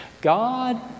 god